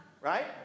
Right